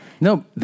No